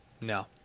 no